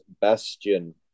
Bastion